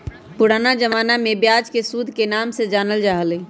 पुराना जमाना में ब्याज के सूद के नाम से जानल जा हलय